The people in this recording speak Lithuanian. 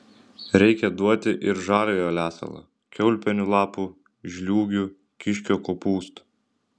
reikia duoti ir žaliojo lesalo kiaulpienių lapų žliūgių kiškio kopūstų